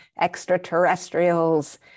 extraterrestrials